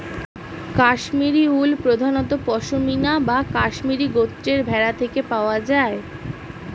Kashmiri wool প্রধানত পশমিনা বা কাশ্মীরি গোত্রের ভেড়া থেকে পাওয়া যায়